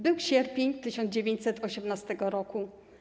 Był sierpień 1918 r.